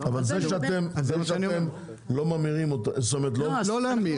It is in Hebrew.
זה שאתם לא ממשיכים להפעיל